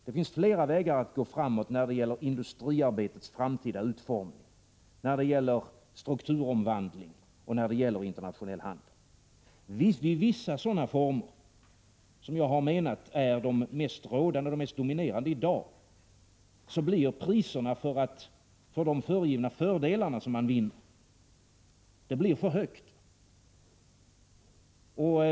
Det finns flera vägar att gå när det gäller industriarbetets framtida utformning, när det gäller strukturomvandling och internationell handel. Vid vissa sådana former, som jag menar är de mest dominerande i dag, blir priset för de föregivna fördelarna som man vinner för högt.